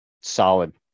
solid